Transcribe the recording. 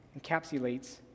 encapsulates